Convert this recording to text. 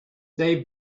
they